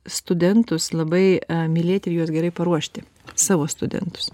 studentus labai mylėti ir juos gerai paruošti savo studentus